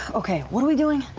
okay, what are we doing?